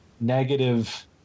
negative –